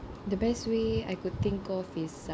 the best way I could think of is